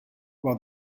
while